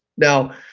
now,